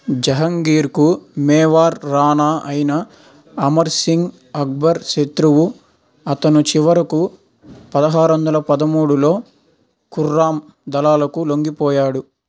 జహంగీర్కు మేవార్ రాణా అయిన అమర్సింగ్ అక్బర్ శత్రువు అతను చివరకు పదహారువందల పదమూడులో ఖుర్రామ్ దళాలకు లొంగిపోయాడు